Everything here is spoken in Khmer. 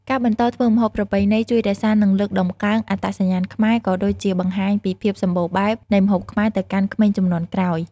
ការបន្តធ្វើម្ហូបប្រពៃណីជួយរក្សា និងលើកតម្កើងអត្តសញ្ញាណខ្មែរ ក៏ដូចជាបង្ហាញពីភាពសម្បូរបែបនៃម្ហូបខ្មែរទៅកាន់ក្មេងជំនាន់ក្រោយ។